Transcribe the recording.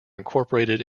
incorporated